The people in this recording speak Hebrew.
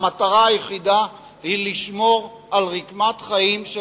המטרה היחידה היא לשמור על רקמת החיים של